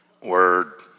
Word